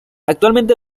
actualmente